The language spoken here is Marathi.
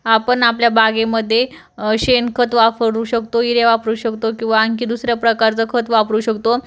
आपण आपल्या बागेमध्ये शेणखत वापरू शकतो ईरे वापरू शकतो किंवा आणखी दुसऱ्या प्रकारचं खत वापरू शकतो